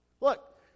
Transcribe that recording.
Look